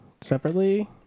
Separately